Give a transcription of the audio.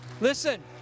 listen